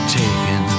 taken